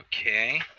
Okay